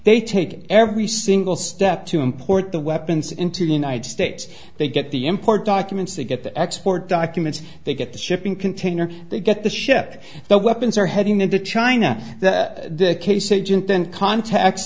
they take every single step to import the weapons into the united states they get the import documents they get the export documents they get the shipping container they get the ship the weapons are heading into china the case it didn't then contacts